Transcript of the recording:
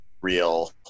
real